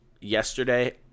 yesterday